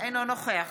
אינו נוכח